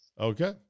Okay